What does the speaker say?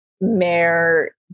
Mayor